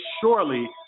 surely